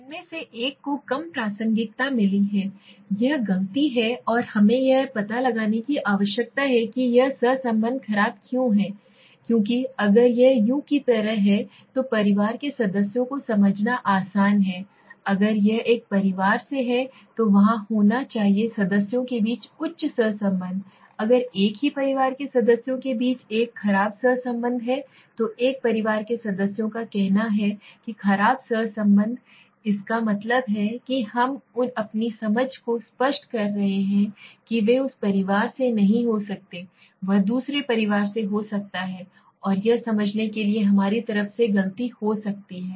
उनमें से एक को कम प्रासंगिकता मिली है यह गलती है और हमें यह पता लगाने की आवश्यकता है कि यह सहसंबंध खराब क्यों है क्योंकि अगर यह यू की तरह है तो परिवार के सदस्यों को समझना आसान है अगर यह एक परिवार से है तो वहाँ होना चाहिए सदस्यों के बीच उच्च सहसंबंध अगर एक ही परिवार के सदस्यों के बीच एक खराब सहसंबंध है तो एक परिवार के सदस्यों का कहना है कि खराब संबंध है इसका मतलब है कि हम अपनी समझ को स्पष्ट कर रहे हैं कि वे उस परिवार से नहीं हो सकते हैं वह दूसरे परिवार से हो सकता है और यह समझने के लिए हमारी तरफ से गलती हो सकती है